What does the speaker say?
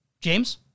James